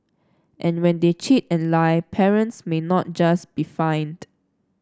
and when they cheat and lie parents may not just be fined